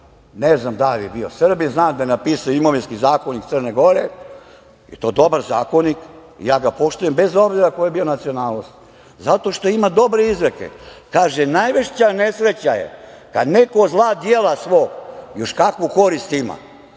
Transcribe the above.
ne znam da li je bio Srbin, ali znam da je napisao Imovinski zakonik Crne Gore, i to dobar zakonik, ja ga poštujem bez obzira koje je bio nacionalnosti, zato što ima dobre izreke, izreka koja kaže: „Najveća nesreća je kada neko od zla dijela svog još kakvu korist